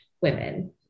women